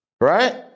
right